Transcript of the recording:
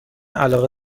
علاقه